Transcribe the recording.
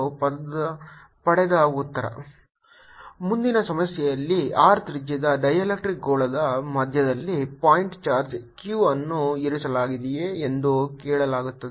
rr Pr3 14π0 r3× 4π3R3P P30 ಮುಂದಿನ ಸಮಸ್ಯೆಯಲ್ಲಿ R ತ್ರಿಜ್ಯದ ಡೈಎಲೆಕ್ಟ್ರಿಕ್ಸ್ ಗೋಳದ ಮಧ್ಯದಲ್ಲಿ ಪಾಯಿಂಟ್ ಚಾರ್ಜ್ q ಅನ್ನು ಇರಿಸಲಾಗಿದೆಯೇ ಎಂದು ಕೇಳಲಾಗುತ್ತದೆ